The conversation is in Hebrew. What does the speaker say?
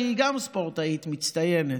שגם היא ספורטאית מצטיינת,